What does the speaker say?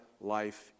life